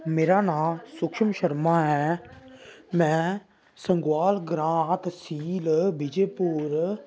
मेरा नां सुक्शम शर्मा ऐ में सुगाल ग्रां तहसील बिजयपुर